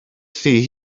thŷ